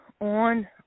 on